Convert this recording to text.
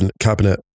cabinet